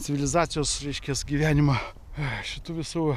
civilizacijos reiškias gyvenimą šitų visų